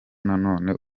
none